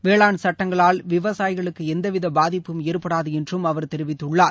வேளான் சட்டங்களால் விவசாயிகளுக்கு எந்தவித பாதிப்பும் ஏற்படாது என்றும் அவர் தெரிவித்துள்ளார்